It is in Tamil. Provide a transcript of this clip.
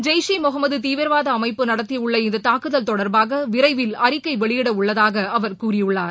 ஜெய்ஷ் இ முகமது தீவிரவாத அமைப்பு நடத்தியுள்ள இந்த தாக்குதல் தொடர்பாக விரைவில் அறிக்கை வெளியிடவுள்ளதாக அவர் கூறியுள்ளார்